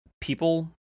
people